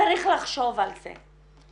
וצריך לחשוב על זה.